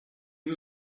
was